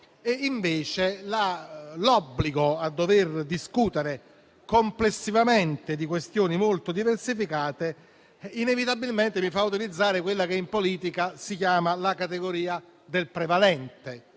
Invece, l'obbligo di discutere complessivamente questioni molto diversificate inevitabilmente fa utilizzare quella che in politica si chiama la categoria del prevalente.